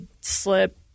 slip